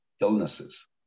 illnesses